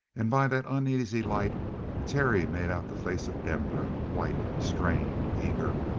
and by that uneasy light terry made out the face of denver, white, strained, eager,